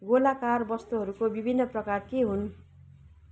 गोलाकार वस्तुहरुको विभिन्न प्रकार के हुन्